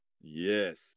Yes